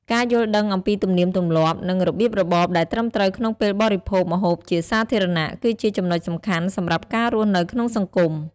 ការយល់ដឹងអំពីទំនៀមទម្លាប់ និងរបៀបរបបដែលត្រឹមត្រូវក្នុងពេលបរិភោគម្ហូបជាសាធារណៈ គឺជាចំណុចសំខាន់សម្រាប់ការរស់នៅក្នុងសង្គម។